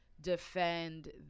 defend